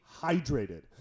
hydrated